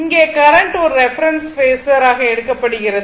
இங்கே கரண்ட் ஒரு reference phasor ஆக எடுக்கப்படுகிறது